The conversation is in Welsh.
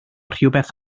rhywbeth